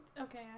okay